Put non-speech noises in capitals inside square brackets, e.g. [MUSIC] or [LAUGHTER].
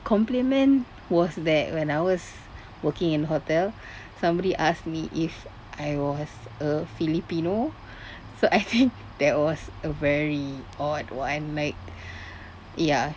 compliment was that when I was working in hotel somebody asked me if I was a filipino so I [LAUGHS] think that was a very odd what I'm like [BREATH] ya